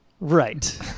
Right